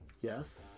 Yes